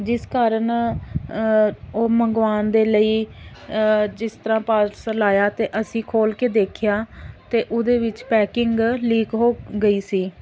ਜਿਸ ਕਾਰਨ ਉਹ ਮੰਗਵਾਉਣ ਦੇ ਲਈ ਜਿਸ ਤਰ੍ਹਾਂ ਪਾਰਸਲ ਆਇਆ ਅਤੇ ਅਸੀਂ ਖੋਲ੍ਹ ਕੇ ਦੇਖਿਆ ਤਾਂ ਉਹਦੇ ਵਿੱਚ ਪੈਕਿੰਗ ਲੀਕ ਹੋ ਗਈ ਸੀ